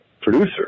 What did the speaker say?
producer